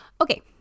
Okay